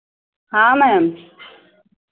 हाँ मैम